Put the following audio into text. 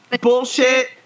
bullshit